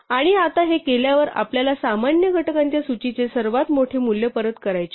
आणि आता हे केल्यावर आपल्याला सामान्य घटकांच्या सूचीचे सर्वात मोठे मूल्य परत करायचे आहे